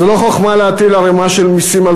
זה לא חוכמה להטיל ערמה של מסים על